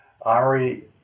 Ari